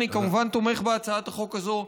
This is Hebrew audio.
אני כמובן תומך בהצעת החוק הזאת,